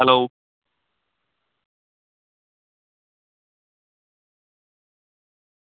hello